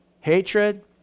hatred